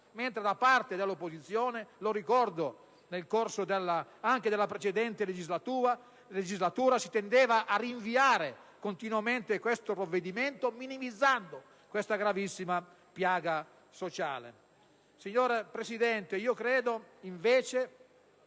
mentre da parte dell'opposizione - lo ricordo - anche nel corso della precedente legislatura si tendeva a rinviare continuamente il provvedimento, minimizzando questa gravissima piaga sociale. Signora Presidente, credo invece